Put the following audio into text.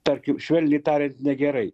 tarkim švelniai tariant negerai